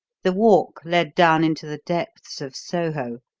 the walk led down into the depths of soho,